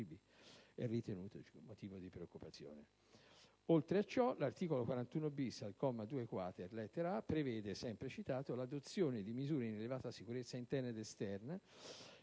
è ritenuto motivo di preoccupazione.